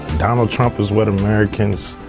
donald trump is what americans.